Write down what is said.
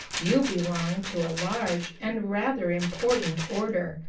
you belong to a large and rather important order,